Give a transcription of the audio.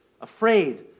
afraid